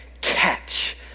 catch